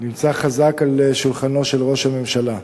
נמצא חזק על שולחנו של ראש הממשלה.